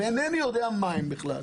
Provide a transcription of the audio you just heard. ואינני יודע מה הם בכלל,